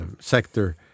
sector